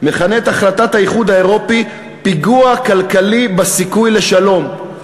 מכנה את החלטת האיחוד האירופי כפיגוע כלכלי בסיכוי לשלום.